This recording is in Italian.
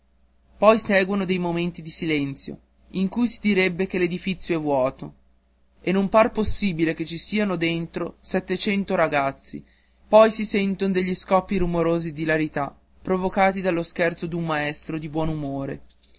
poi seguono dei momenti di silenzio in cui si direbbe che l'edifizio è vuoto e non par possibile che ci sian dentro settecento ragazzi poi si senton degli scoppi rumorosi d'ilarità provocati dallo scherzo d'un maestro di buon umore